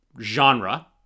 Genre